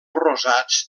rosats